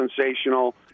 sensational